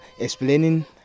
explaining